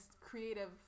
creative